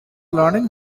learning